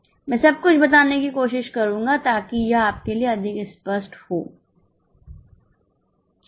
मैं सब कुछ बताने की कोशिश करूंगा ताकि यह आपके लिए अधिक स्पष्ट हो